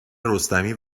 رستمی